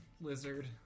lizard